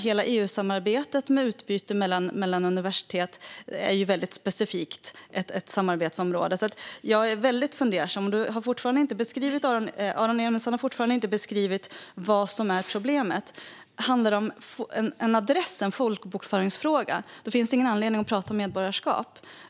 Hela EU-samarbetet med utbyte mellan universitet är ett mycket specifikt samarbetsområde. Jag är därför mycket fundersam. Aron Emilsson har fortfarande inte beskrivit vad som är problemet. Handlar det om en adress, och är det en folkbokföringsfråga? Det finns ingen anledning att tala om medborgarskap.